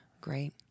Great